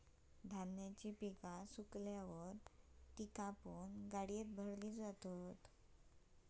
धान्याची पिका सुकल्यावर ती कापून गाड्यात भरली जातात